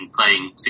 playing